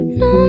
no